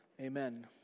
Amen